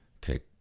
take